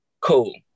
cool